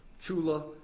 Chula